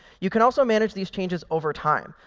you can also manage these changes over time.